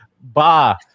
bah